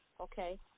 okay